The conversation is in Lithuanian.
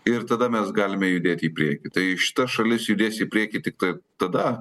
ir tada mes galime judėti į priekį tai šita šalis judės į priekį tiktai tada